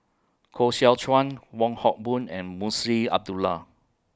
Koh Seow Chuan Wong Hock Boon and Munshi Abdullah